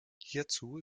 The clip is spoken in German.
hierzu